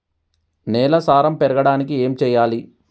నేల సారం పెరగడానికి ఏం చేయాలి?